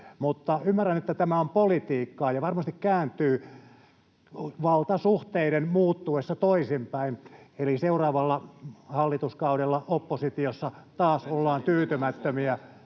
ymmärrän, että tämä on politiikkaa ja varmasti kääntyy valtasuhteiden muuttuessa toisinpäin, eli seuraavalla hallituskaudella oppositiossa taas ollaan tyytymättömiä